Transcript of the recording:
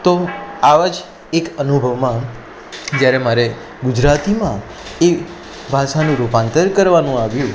તો આવાજ એક અનુભવમાં જ્યારે મારે ગુજરાતીમાં એ ભાષાનું રૂપાંતર કરવાનું આવ્યું